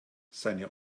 seine